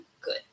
good